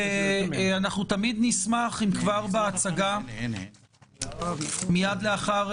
תמיד נשמח אם כבר בהצגה, מייד לאחר